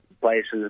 places